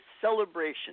celebration